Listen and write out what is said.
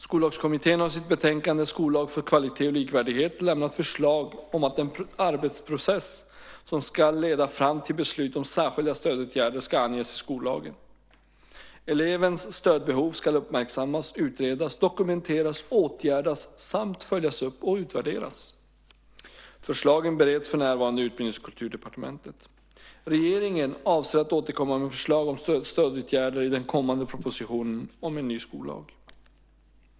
Skollagskommittén har i sitt betänkande Skollag för kvalitet och likvärdighet lämnat förslag om att den arbetsprocess som ska leda fram till beslut om särskilda stödåtgärder ska anges i skollagen. Elevens stödbehov ska uppmärksammas, utredas, dokumenteras, åtgärdas samt följas upp och utvärderas. Förslagen bereds för närvarande i Utbildnings och kulturdepartementet. Regeringen avser att återkomma med förslag om stödåtgärder i den kommande propositionen om en ny skollag.